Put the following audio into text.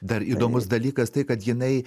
dar įdomus dalykas tai kad jinai